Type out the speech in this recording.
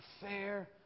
fair